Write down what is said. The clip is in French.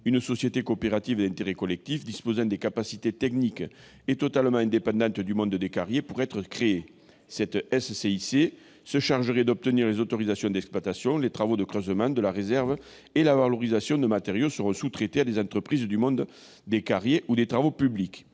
une société coopérative d'intérêt collectif- ou SCIC -disposant des capacités techniques nécessaires et totalement indépendante du monde des carriers pourrait être créée. Cette SCIC se chargerait d'obtenir les autorisations d'exploitation. Les travaux de creusement de la réserve et la valorisation des matériaux seraient sous-traités à des entreprises du monde des carriers ou des travaux publics.